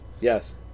Yes